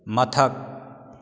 ꯃꯊꯛ